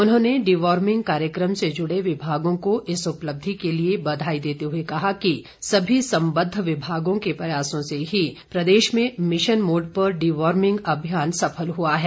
उन्होंने डिवॉर्मिंग कार्यक्रम से जुड़े विभागों को इस उपलब्धि के लिए बधाई देते हुए कहा कि सभी सम्बद्ध विभागों के प्रयासों से ही प्रदेश में मिशन मोड पर डिवार्मिंग अभियान सफल हुआ है